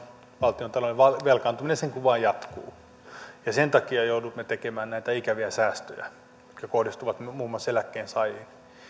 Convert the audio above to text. valtiontalouden velkaantuminen sen kuin vain jatkuu sen takia joudumme tekemään näitä ikäviä säästöjä jotka kohdistuvat muun muassa eläkkeensaajiin